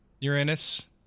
Uranus